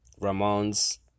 Ramones